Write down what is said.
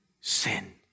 sin